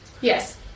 Yes